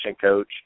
coach